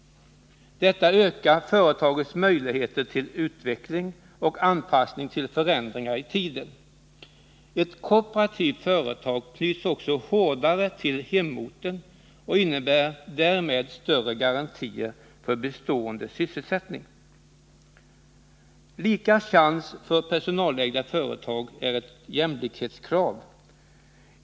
Detta ökar företagets möjligheter till utveckling och anpassning till förändringar i tiden. Ett kooperativt företag knyts också hårdare till hemorten och innebär därmed större garantier för bestående sysselsättning. Lika chans för personalägda företag är ett jämlikhetskrav.